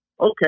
okay